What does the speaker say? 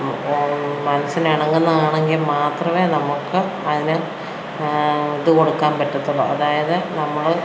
മനസ്സിന് ഇണങ്ങുന്നതാണെങ്കിൽ മാത്രമേ നമ്മള്ക്ക് അതിന് ഇതു കൊടുക്കാൻ പറ്റത്തുള്ളൂ അതായത് നമ്മള്